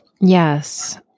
Yes